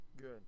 good